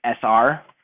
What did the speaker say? SR